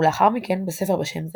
ולאחר מכן בספר בשם זה.